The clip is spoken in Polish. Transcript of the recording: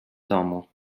domu